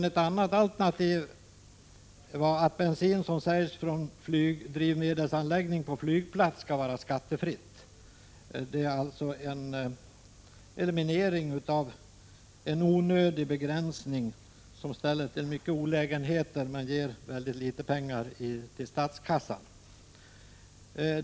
Ett annat alternativ är att flygbensin som säljs från flygdrivmedelsanläggning på flygplats skall vara skattefri. Härigenom elimineras en onödig begränsning, som ställer till stora olägenheter men som ger mycket litet pengar till statskassan.